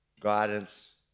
guidance